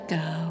go